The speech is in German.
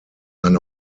eine